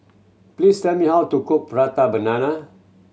please tell me how to cook Prata Banana